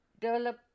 develop